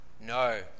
No